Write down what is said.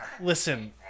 Listen